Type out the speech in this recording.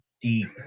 deep